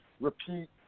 repeat